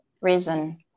reason